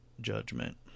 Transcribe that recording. judgment